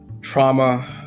trauma